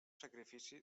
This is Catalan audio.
sacrifici